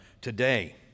today